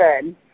good